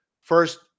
First